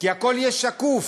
כי הכול יהיה שקוף,